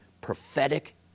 prophetic